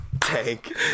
Tank